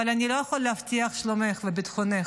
אבל אני לא יכול להבטיח את שלומך ואת ביטחונך.